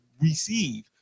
receive